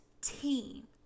team